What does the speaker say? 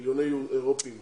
מיליוני אירופאים